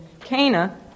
Cana